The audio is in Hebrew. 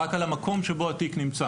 רק על המקום שבו התיק נמצא,